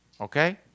Okay